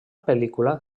pel·lícula